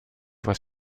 voit